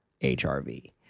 HRV